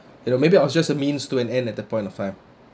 you know maybe I was just a means to an end at the point of time